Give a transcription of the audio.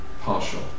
partial